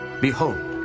Behold